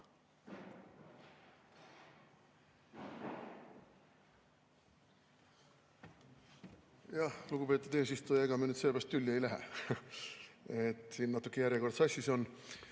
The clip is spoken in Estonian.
Lugupeetud eesistuja! Ega me nüüd sellepärast tülli ei lähe, et siin natuke järjekord sassis on.